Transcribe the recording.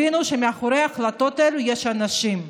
תבינו שמאחורי ההחלטות האלה יש אנשים.